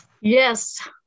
yes